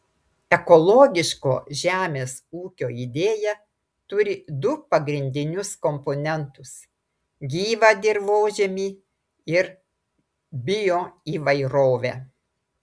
ekologiško žemės ūkio idėja turi du pagrindinius komponentus gyvą dirvožemį ir bioįvairovę